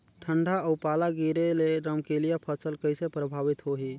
ठंडा अउ पाला गिरे ले रमकलिया फसल कइसे प्रभावित होही?